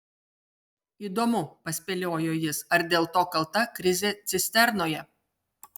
įdomu paspėliojo jis ar dėl to kalta krizė cisternoje